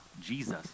Jesus